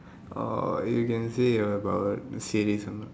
orh you can say about the series one